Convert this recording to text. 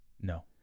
No